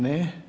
Ne.